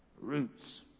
Roots